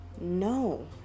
No